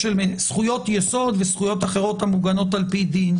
זכויות יסוד וזכויות אחרות המוגנות על-פי דין,